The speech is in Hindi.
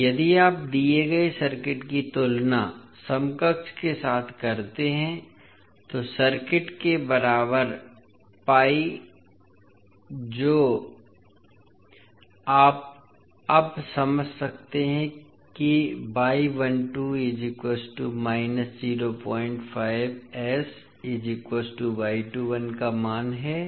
इसलिए यदि आप दिए गए सर्किट की तुलना समकक्ष के साथ करते हैं तो सर्किट के बराबर pi जो आप अब समझ सकते हैं कि का मान है